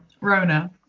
rona